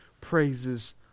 praises